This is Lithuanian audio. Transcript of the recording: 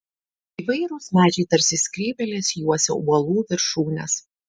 įvairūs medžiai tarsi skrybėlės juosė uolų viršūnes